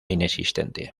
inexistente